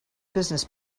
business